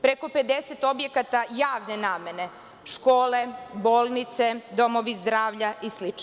Preko 50 objekata javne namene, škole, bolnice, domovi zdravlja i slično.